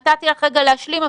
נתתי לך רגע להשלים,